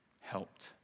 helped